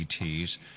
ETs